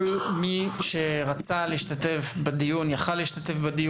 כל מי שרצה להשתתף בדיון יכול היה לעשות את זה.